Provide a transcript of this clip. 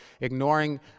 ignoring